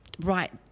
right